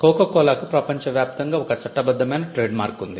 cocoa కోలాకు ప్రపంచ వ్యాప్తంగా ఒక చట్టబద్ధమైన ట్రేడ్మార్క్ ఉంది